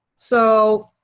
so